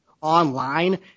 online